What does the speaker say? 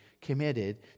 committed